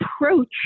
approach